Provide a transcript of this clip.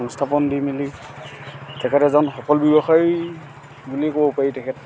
সংস্থাপন দি মেলি তেখেত এজন সফল ব্যৱসায়ী বুলি ক'ব পাৰি তেখেত